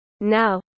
Now